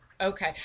Okay